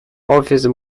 office